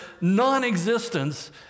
non-existence